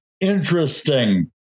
interesting